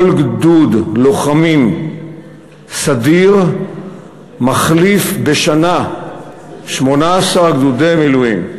כל גדוד לוחמים סדיר מחליף בשנה 18 גדודי מילואים.